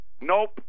Nope